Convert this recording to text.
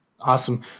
Awesome